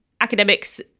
Academics